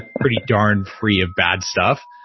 pretty darn free of bad stuff.